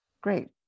great